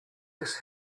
this